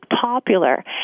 popular